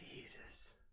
Jesus